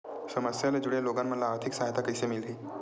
समस्या ले जुड़े लोगन मन ल आर्थिक सहायता कइसे मिलही?